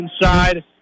inside